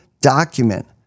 document